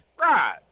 Right